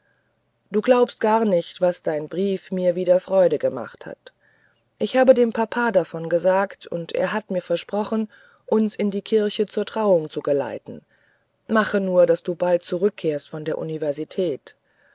du glaubst gar nicht was dein brief mir wieder freude gemacht hat ich habe dem papa davon gesagt und der hat mir versprochen uns in die kirche zur trauung zu geleiten mache nur daß du bald zurückkehrst von der universität